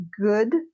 good